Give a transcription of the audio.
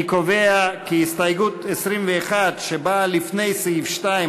אני קובע כי הסתייגות 21 שבאה לפני סעיף 2,